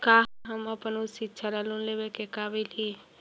का हम अपन उच्च शिक्षा ला लोन लेवे के काबिल ही?